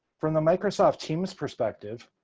from the microsoft teams perspective,